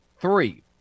three